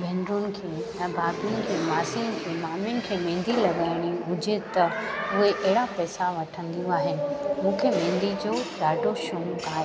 भेनरुनि खे ऐं भाभियुनि खे मासियुनि खे मामियुनि खे मेंदी लॻाइणी हुजे त उहे अहिड़ा पैसा वठंदियूं आहिनि मूंखे मेंदीअ जो ॾाढो शौक़ु आहे